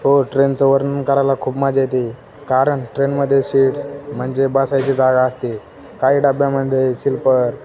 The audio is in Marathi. हो ट्रेनचं वर्णन करायला खूप मजा येते कारण ट्रेनमध्ये सीट्स म्हणजे बसायची जागा असते काही डब्यामध्ये सलीपर